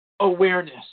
awareness